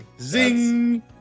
Zing